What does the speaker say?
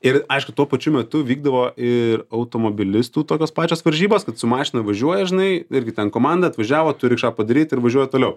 ir aišku tuo pačiu metu vykdavo ir automobilistų tokios pačios varžybos kad su mašina važiuoja žinai irgi ten komanda atvažiavo turi ką padaryt ir važiuoja toliau